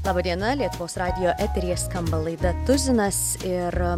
laba diena lietuvos radijo eteryje skamba laida tuzinas ir